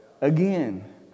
again